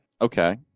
Okay